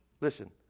listen